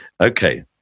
okay